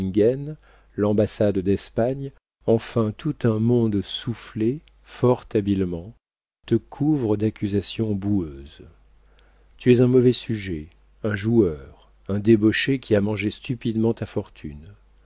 l'ambassade d'espagne enfin tout un monde soufflé fort habilement te couvre d'accusations boueuses tu es un mauvais sujet un joueur un débauché qui as mangé stupidement ta fortune